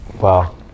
Wow